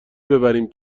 ببریم